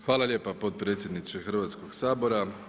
Hvala lijepo potpredsjedniče Hrvatskog sabora.